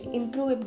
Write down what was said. improve